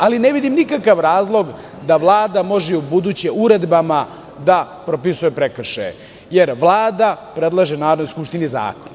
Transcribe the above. Ali, ne vidim nikakav razlog da Vlada može i ubuduće uredbama da propisuje prekršaje, jer Vlada predlaže Narodnoj skupštini zakon.